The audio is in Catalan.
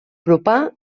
propà